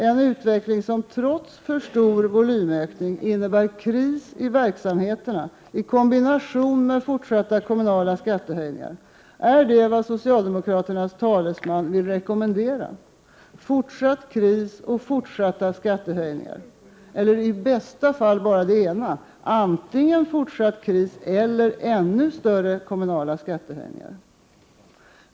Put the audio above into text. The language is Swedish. Är en utveckling som trots för stor volymökning innebär kris i verksamheterna i kombination med fortsatta kommunala skattehöjningar vad socialdemokraternas talesman vill rekommendera — fortsatt kris och fortsatta skattehöjningar eller i bästa fall bara det ena — antingen fortsatt kris eller ännu större kommunala skattehöjningar?